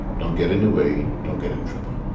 don't get in the way. don't get in trouble.